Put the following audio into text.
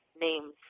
names